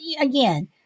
again